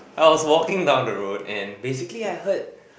I was walking down the road and basically I heard